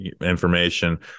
information